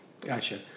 Gotcha